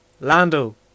Lando